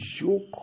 yoke